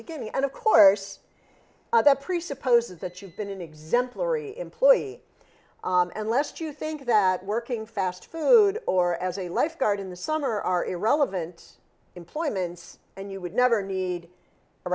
beginning and of course that presupposes that you've been an exemplary employee and lest you think that working fast food or as a lifeguard in the summer are irrelevant employments and you would never need a